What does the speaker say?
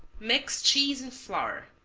mix cheese and flour.